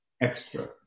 extra